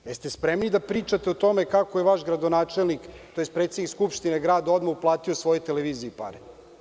Da li ste spremni da pričate o tome kako je vaš gradonačelnik tj. predsednik skupštine grada odmah uplatio svojoj televiziji pare?